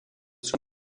sous